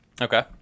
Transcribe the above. Okay